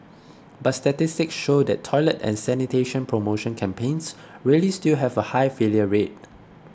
but statistics show that toilet and sanitation promotion campaigns really still have a high failure rate